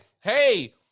hey